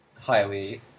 highly